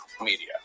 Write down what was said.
media